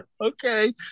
Okay